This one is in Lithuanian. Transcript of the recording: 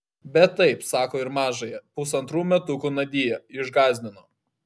bet taip sako ir mažąją pusantrų metukų nadią išgąsdino